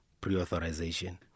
pre-authorization